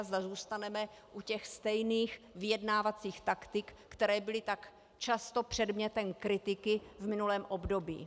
Zda zůstaneme u těch stejných vyjednávacích taktik, které byly tak často předmětem kritiky v minulém období.